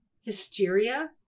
hysteria